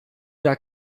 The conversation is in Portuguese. irá